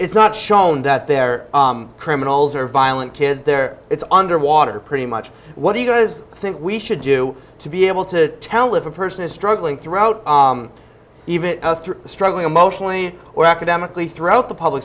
it's not shown that they're criminals are violent kids they're it's underwater pretty much what do you guys think we should do to be able to tell if a person is struggling throughout even struggling emotionally or academically throughout the public